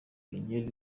inkeri